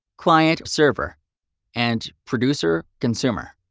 client server and producer consumer.